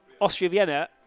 Austria-Vienna